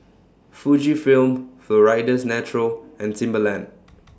Fujifilm Florida's Natural and Timberland